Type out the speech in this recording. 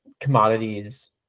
commodities